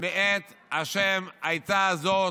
"מאת ה' היתה זאת".